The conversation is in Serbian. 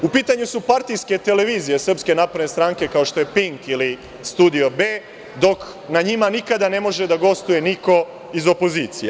U pitanju su partijske televizije SNS, kao što je „Pink“ ili „Studio B“, dok na njima nikada ne može da gostuje niko iz opozicije.